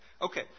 Okay